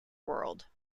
world